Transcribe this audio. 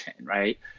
right